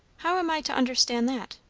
how am i to understand that?